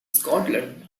scotland